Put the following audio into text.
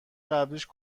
قبلیش